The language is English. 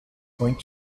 point